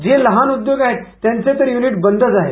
जे लहान उद्योग आहेत त्यांचे युनिट तर बंदच आहेत